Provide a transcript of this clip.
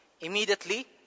Immediately